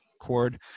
chord